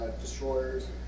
destroyers